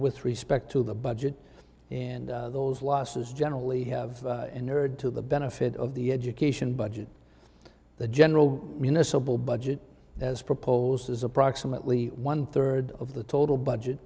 with respect to the budget and those losses generally have a nerd to the benefit of the education budget the general municipal budget as proposed is approximately one third of the total budget